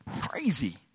crazy